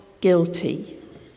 guilty